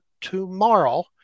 tomorrow